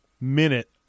minute